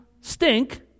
stink